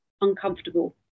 uncomfortable